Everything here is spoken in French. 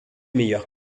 meilleurs